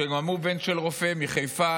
שגם הוא בן של רופא, מחיפה.